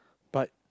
but